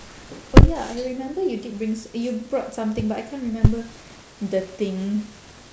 oh ya I remember you did bring s~ you brought something but I can't remember the thing